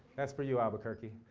that's for you, albuquerque.